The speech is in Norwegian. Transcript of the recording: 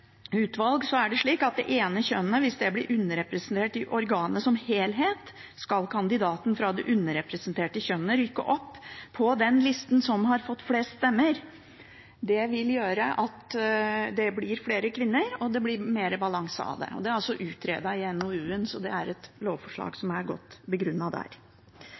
utvalg, er det slik at hvis «det ene kjønnet blir underrepresentert i organet som helhet, skal kandidater fra det underrepresenterte kjønnet rykke opp på den listen som har fått flest stemmer». Det vil gjøre at det blir flere kvinner. Det blir mer balanse av det. Det er utredet i NOU-en, så det er et lovforslag som er godt begrunnet der.